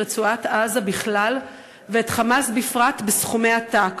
רצועת-עזה בכלל ואת "חמאס" בפרט בסכומי עתק.